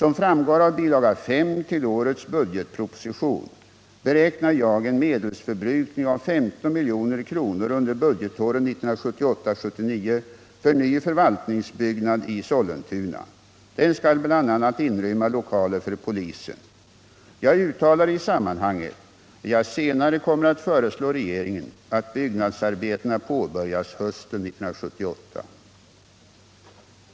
Som framgår av bilaga 5 till årets budgetproposition beräknar jag en medelsförbrukning av 15 milj.kr. under budgetgåret 1978/79 för ny förvaltningsbyggnad i Sollentuna. Den skall bl.a. inrymma lokaler för polisen. Jag uttalar i sammanhanget, att jag senare kommer att föreslå regeringen att byggnadsarbetena påbörjas hösten 1978.